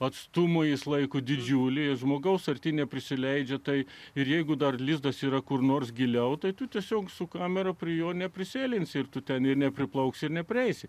atstumu jis laiko didžiulį žmogaus artyn neprisileidžia tai ir jeigu dar lizdas yra kur nors giliau tai tu tiesiog su kamera prie jo neprisėlinsi ir tu ten ir nepriplauksi ir neprieisi